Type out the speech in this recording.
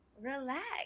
relax